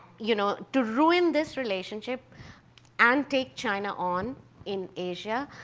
you know, to ruin this relationship and take china on in asia,